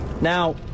Now